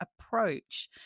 approach